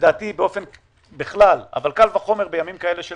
לדעתי בכלל אבל קל וחומר בימים כאלה של